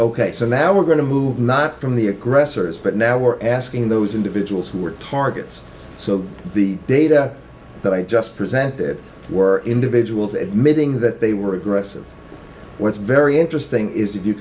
ok so now we're going to move not from the aggressors but now we're asking those individuals who were targets so the data that i just presented were individuals admitting that they were aggressive what's very interesting is if you